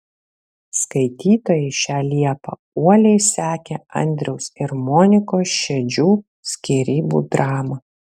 skaitytojai šią liepą uoliai sekė andriaus ir monikos šedžių skyrybų dramą